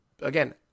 again